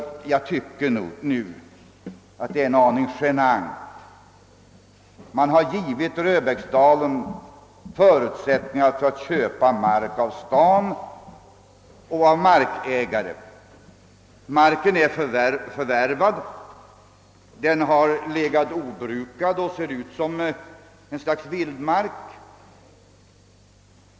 Jag tycker nu att det hela är en aning genant. Man har givit Röbäcksdalen förutsättningar att köpa mark av staden och andra markägare. Marken är förvärvad. Den har legat obrukad och ser ut som ett slags vildmark.